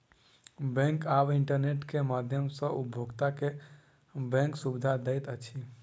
bank आब internet के माध्यम सॅ उपभोगता के बैंक सुविधा दैत अछि